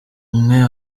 umwe